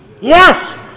Yes